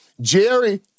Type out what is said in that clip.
Jerry